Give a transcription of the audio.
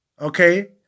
Okay